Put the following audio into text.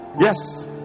Yes